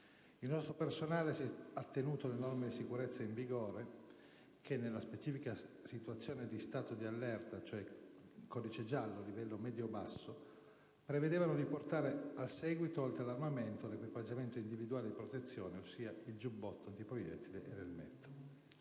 Il nostro personale si è attenuto alle norme di sicurezza in vigore che, nella specifica situazione di stato di allerta (codice giallo, ovvero livello medio-basso), prevedevano di portare al seguito, oltre all'armamento, l'equipaggiamento individuale di protezione, ossia il giubbetto antiproiettile e l'elmetto.